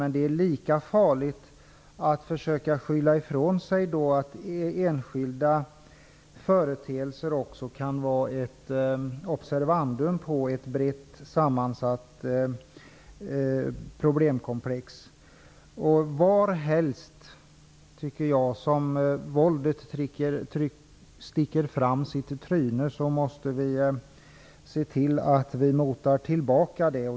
Det är dock lika farligt att försöka skylla ifrån sig att enskilda företeelser också kan vara ett observandum på ett brett sammansatt problemkomplex. Varhelst våldet sticker fram sitt tryne måste vi se till att det motas tillbaka.